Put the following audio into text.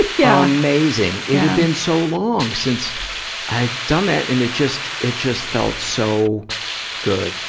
yeah amazing! it had been so long since i'd done that, and it just, it just felt so good,